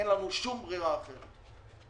אין לנו שום ברירה אחרת אלא לפתור אותה.